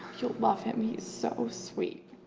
you'll love him. he's so sweet,